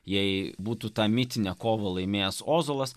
jei būtų tą mitinę kovą laimėjęs ozolas